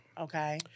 Okay